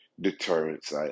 deterrence